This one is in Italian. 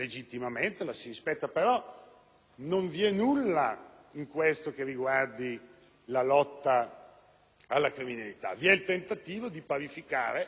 alla criminalità; vi è il tentativo di parificare molto spesso l'equazione, che ripeto ancora una volta, delinquenza-sicurezza-immigrazione.